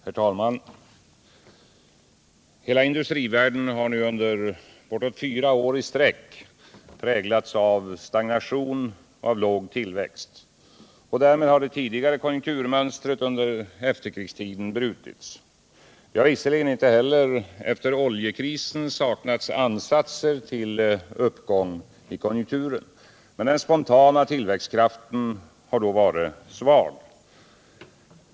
Herr talman! Hela industrivärlden har nu under bortåt fyra år i sträck präglats av stagnation och låg tillväxt. Därmed har det tidigare konjunkturmönstret under efterkrigstiden brutits. Det har visserligen inte heller efter oljekrisen saknats ansatser till uppgång i konjunkturen. Men den spontana tillväxtkraften har då varit svag.